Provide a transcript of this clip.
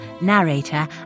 narrator